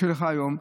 שלך היום: